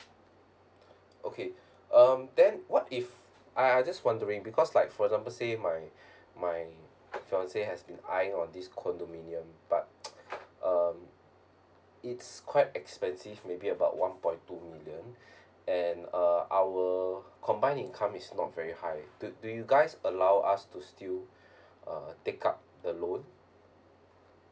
okay um then what if I I just wondering because like for example say my my fiance has been eyeing on this condominium but um it's quite expensive maybe about one point two million and uh our combine income is not very high do do you guys allow us to still uh take up the loan